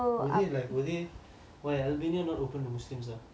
were they like were they why albania not open to muslims lah